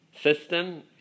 system